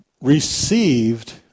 received